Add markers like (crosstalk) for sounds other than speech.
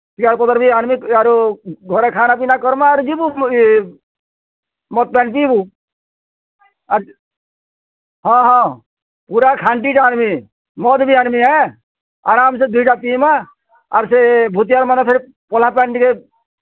ଶିକାର୍ କତର୍ ଆନ୍ବି ଆରୁ ଘରେ ଖାନା ପିନା କର୍ମା ଯିମୁ ମଦ ପାନି ପିଇବୁ ଆର୍ ହଁ ହଁ ଗୁଟେ ଖାଣ୍ଟି ଆନ୍ବି ମଦ ବି ଆନ୍ବି ଆଁ ଆରା୍ମସେ ଦିଇଟା ଆର୍ ସେ ପିଇମା (unintelligible) ସେ ପଲା ପାନି୍ ଟିକେ